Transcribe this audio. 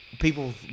people